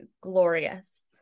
glorious